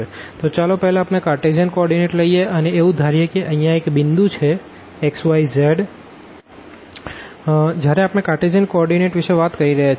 તો ચાલો પેહલા આપણે કારટેઝિયન કો ઓર્ડીનેટલઈએ અને એવું ધારીએ કે અહિયાં એક પોઈન્ટ છે xyzજયારે આપણે કારટેઝિયન કો ઓર્ડીનેટ વિષે વાત કરી રહ્યા છે